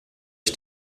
ich